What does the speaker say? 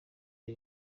y’i